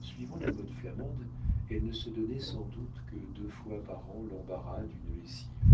suivant la mode flamande elle ne se donnait sans doute que deux fois par an l'embarras d'une lessive